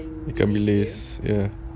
ikan bilis ya